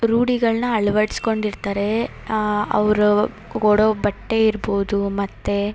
ರೂಢಿಗಳನ್ನ ಅಳವಡಿಸ್ಕೊಂಡಿರ್ತಾರೆ ಅವರು ಉಡೋ ಬಟ್ಟೆ ಇರ್ಬೋದು ಮತ್ತು